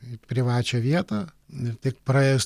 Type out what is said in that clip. į privačią vietą ir tik praėjus